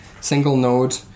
single-node